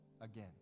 again